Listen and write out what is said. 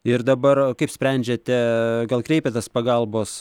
ir dabar kaip sprendžiate gal kreipėtės pagalbos